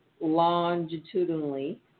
longitudinally